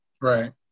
right